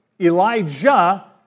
Elijah